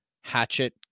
Hatchet